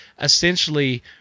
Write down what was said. essentially –